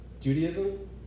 Judaism